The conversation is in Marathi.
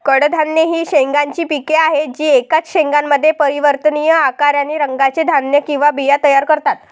कडधान्ये ही शेंगांची पिके आहेत जी एकाच शेंगामध्ये परिवर्तनीय आकार आणि रंगाचे धान्य किंवा बिया तयार करतात